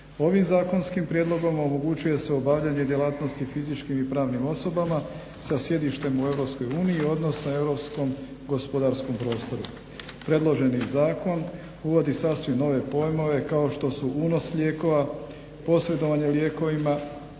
Ovim zakonskim prijedlogom omogućuje se obavljanje djelatnosti fizičkim i pravnim osobama sa sjedištem u EU, odnosno europskom gospodarskom prostoru. Predloženi zakon uvodi sasvim nove pojmove kao što su unos lijekova, posredovanje lijekovima,